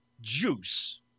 Juice